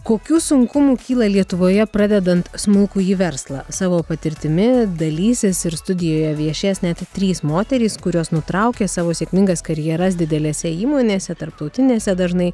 kokių sunkumų kyla lietuvoje pradedant smulkųjį verslą savo patirtimi dalysis ir studijoje viešės net trys moterys kurios nutraukė savo sėkmingas karjeras didelėse įmonėse tarptautinėse dažnai